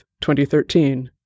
2013